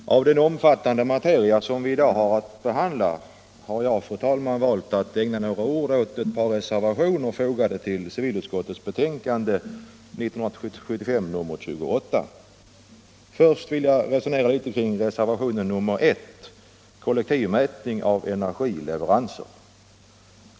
Fru talman! I den omfattande materia som vi i dag behandlar har jag valt att ägna några ord åt ett par reservationer som fogats till civilutskottets betänkande nr 28. Först vill jag resonera litet kring reservationen 1, som gäller kollektiv mätning av energileveranser.